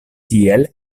tiel